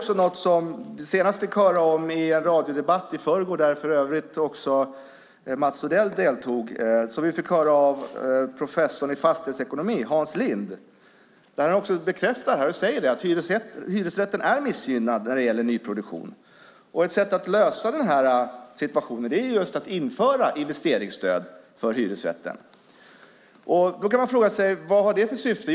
Senast fick vi i en radiodebatt i förrgår, där för övrigt även Mats Odell deltog, höra professorn i fastighetsekonomi Hans Lind bekräfta detta. Han säger att hyresrätten är missgynnad vad gäller nyproduktion. Ett sätt att lösa den situationen är att införa investeringsstöd för hyresrätter. Man kan fråga sig vad det har för syfte.